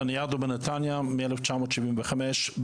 לניאדו בנתניהו מ-1975,